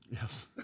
Yes